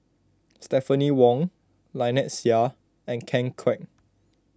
Stephanie Wong Lynnette Seah and Ken Kwek